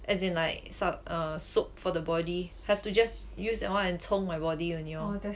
as in like some err soap for the body have to just use that [one] and 冲 my body only lor